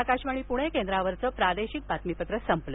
आकाशवाणी पुणे केंद्रावरचं प्रादेशिक बातमीपत्र संपलं